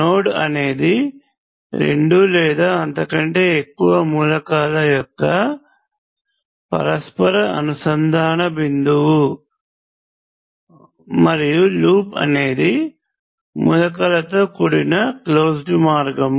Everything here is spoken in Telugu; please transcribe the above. నోడ్ అనేది రెండు లేదా అంతకంటే ఎక్కువ మూలకాల యొక్క పరస్పర అనుసంధాన బిందువు మరియు లూప్ అనేది మూలకాలతో కూడిన క్లోజ్డ్ మార్గం